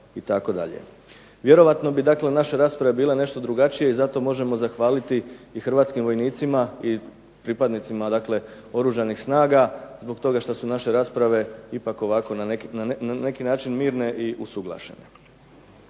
itd. Vjerojatno bi naše rasprave bile nešto drugačije i zato možemo zahvaliti i Hrvatskim vojnicima i pripadnicima Oružanih snaga zbog toga što su naše rasprave ipak na neki način mirne i usuglašene.